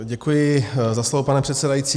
Děkuji za slovo, pane předsedající.